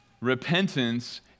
repentance